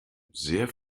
sehr